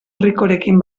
ricorekin